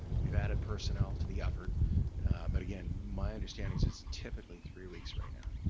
we've added personnel to the effort but again my understanding is it's typically three weeks right now.